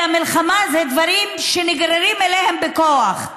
אלא מלחמה זה דברים שנגררים אליהם בכוח.